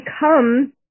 become